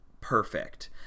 perfect